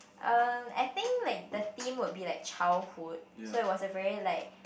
um I think like the theme will be like childhood so it was a very like